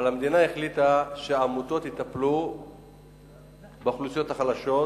אבל המדינה החליטה שהעמותות יטפלו באוכלוסיות החלשות,